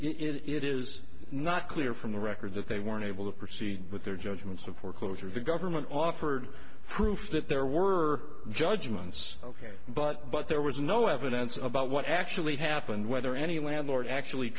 it is not clear from the record that they were unable to proceed with their judgments of foreclosure the government offered proof that there were judgments ok but but there was no evidence about what actually happened whether any landlord actually